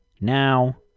Now